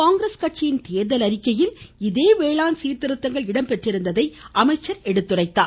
காங்கிரஸ் கட்சியின் தேர்தல் அறிக்கையில் இதே வேளாண் சீர்திருத்தங்கள் இடம்பெற்றிருந்ததை அவர் சுட்டிக்காட்டினார்